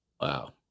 Wow